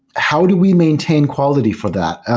how do we maintain quality for that?